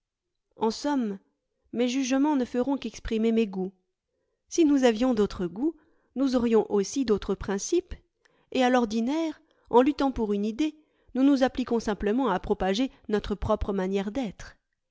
en somme mes jugements ne feront qu'exprimer mes goûts si nous avions d'autres goûts nous aurions aussi d'autres principes et à l'ordinaire en luttant pour une idée nous nous appliquons simplement à propager notre propre manière d'être